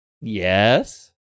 Yes